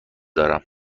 دارم